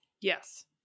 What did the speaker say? Yes